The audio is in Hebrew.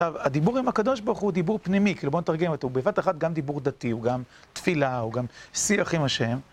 הדיבור עם הקדוש ברוך הוא דיבור פנימי, כאילו בואו נתרגם את זה, הוא בבת אחת גם דיבור דתי, הוא גם תפילה, הוא גם שיח עם השם.